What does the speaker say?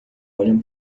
olham